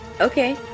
Okay